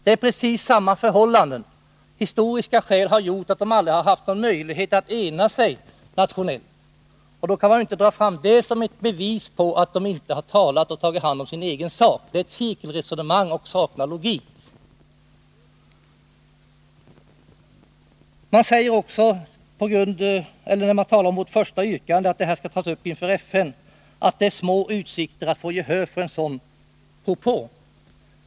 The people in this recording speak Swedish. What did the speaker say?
Det beror på precis samma förhållanden: historiska skäl har gjort att de aldrig har haft någon möjlighet att ena sig nationellt. Då kan man inte dra fram det som ett bevis på att de inte har talat och tagit hand om sin egen sak. Det är ett cirkelresonemang och saknar logik. När det gäller vårt första yrkande att denna fråga skall tas upp inför FN, säger utskottet att det är små utsikter att få gehör för en sådan propå.